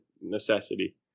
necessity